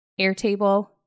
Airtable